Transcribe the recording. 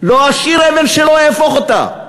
לא אשאיר אבן שלא אהפוך אותה.